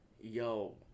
yo